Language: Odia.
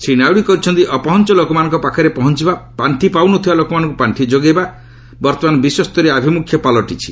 ଶ୍ରୀ ନାଇଡୁ କହିଛନ୍ତି ଅପହଞ୍ଚ ଲୋକମାନଙ୍କ ପାଖରେ ପହଞ୍ଚିବା ପାର୍ଷି ପାଉନଥିବା ଲୋକମାନଙ୍କୁ ପାର୍ଷି ଯୋଗାଇବା ବର୍ତ୍ତମାନ ବିଶ୍ୱସ୍ତରୀୟ ଆଭିମୁଖ୍ୟ ପାଲଟିଛି